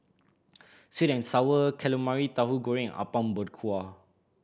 sweet and Sour Calamari Tahu Goreng and Apom Berkuah